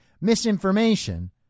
misinformation